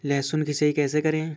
लहसुन की सिंचाई कैसे करें?